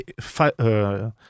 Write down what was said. five